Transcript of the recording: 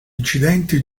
incidenti